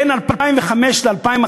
בין 2005 ל-2011